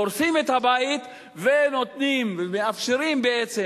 הורסים את הבית ונותנים ומאפשרים בעצם,